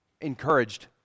encouraged